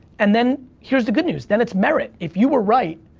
and then, here's the good news, then it's merit. if you were right,